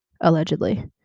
allegedly